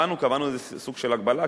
קבענו איזה סוג של הגבלה,